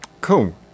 Cool